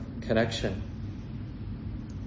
connection